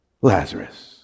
Lazarus